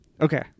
Okay